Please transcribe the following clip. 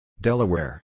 Delaware